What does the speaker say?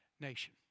nation